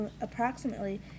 approximately